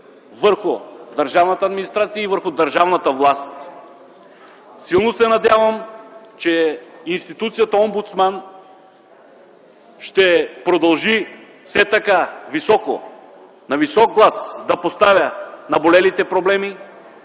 върху държавната администрация и върху държавната власт. Силно се надявам, че институцията омбудсман ще продължи все така високо, на висок глас да поставя наболелите проблеми,